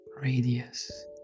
radius